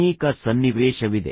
ಅನೇಕ ಸನ್ನಿವೇಶವಿದೆ